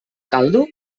caldo